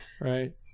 right